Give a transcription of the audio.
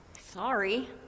Sorry